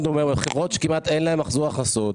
אומר של חברות שכמעט אין להן מחזור הכנסות,